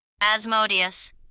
Asmodeus